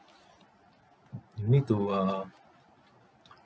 you need to uh